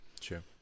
sure